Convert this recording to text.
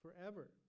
forever